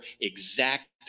exact